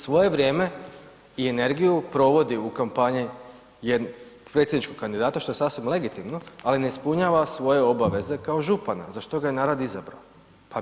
Svoje vrijeme i energiju provodi u kampanji predsjedničkog kandidata što je sasvim legitimno ali ne ispunjava svoje obaveze kao župana za što ga je narod izabrao, pa birajte ga opet.